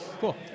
Cool